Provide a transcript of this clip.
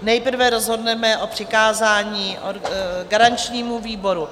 Nejprve rozhodneme o přikázání garančnímu výboru.